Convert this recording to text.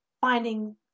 finding